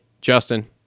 Justin